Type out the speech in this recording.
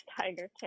Tiger